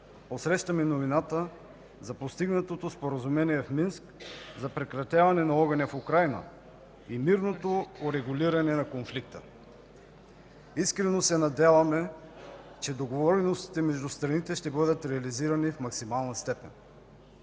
посрещаме новината за постигнатото споразумение в Минск за прекратяване на огъня в Украйна и мирното урегулиране на конфликта. Искрено се надяваме, че договореностите между страните ще бъдат реализирани в максимална степен.